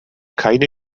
keine